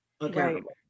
accountable